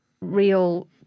real